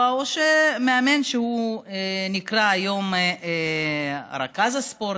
או מאמן שהוא נקרא היום רכז ספורט,